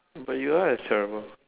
but you are as terrible